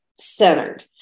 centered